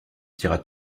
diras